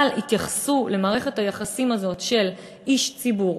אבל יתייחסו למערכת היחסים הזאת של איש ציבור,